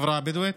החברה הבדואית.